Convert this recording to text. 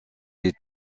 est